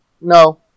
No